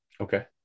Okay